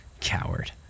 Coward